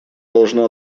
должно